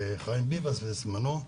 חיים ביבס בזמנו,